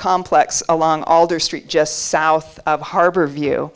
complex along alder street just south of harbor view